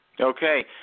Okay